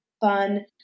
fun